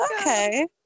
Okay